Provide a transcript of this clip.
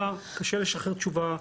קשה לשחרר תשובה,